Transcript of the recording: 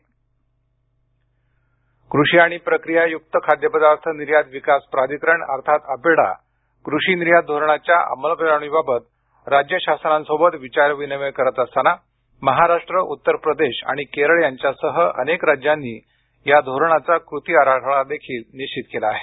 अपेडा कृषी निर्यात धोरण कृषी आणि प्रक्रियायुक्त खाद्यपदार्थ निर्यात विकास प्राधिकरण अर्थात अपेडा कृषी निर्यात धोरणाच्या अंमलबजावणीबाबत राज्य शासनांशी विचारविनिमय करत असताना महाराष्ट्र उत्तर प्रदेश आणि केरळ यांच्यासह अनेक राज्यांनी या धोरणाचा कृती आराखडा देखील निश्वित केला आहे